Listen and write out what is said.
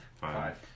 Five